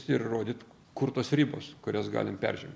ir rodyt kur tos ribos kurias galim peržengt